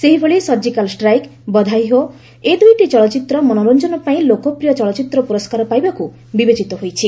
ସେହିଭଳି surgical strike Badhaai Ho ଏ ଦୁଇଟି ଚଳଚ୍ଚିତ୍ର ମନୋରଂଜନ ପାଇଁ ଲୋକପ୍ରିୟ ଚଳଚ୍ଚିତ୍ର ପୁରସ୍କାର ପାଇବାକୁ ବିବେଚିତ ହୋଇଛି